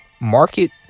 market